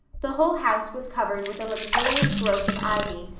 the whole house was covered with a luxuriant growth of ivy,